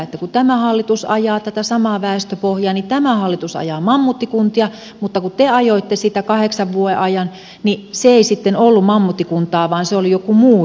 kun tämä hallitus ajaa tätä samaa väestöpohjaa niin tämä hallitus ajaa mammuttikuntia mutta kun te ajoitte sitä kahdeksan vuoden ajan niin se ei sitten ollut mammuttikuntaa vaan se oli joku muu juttu